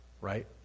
right